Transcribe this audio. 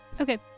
Okay